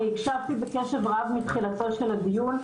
אני הקשבתי בקשב רב מתחילתו של הדיון.